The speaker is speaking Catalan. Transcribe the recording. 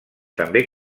també